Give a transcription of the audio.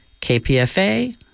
KPFA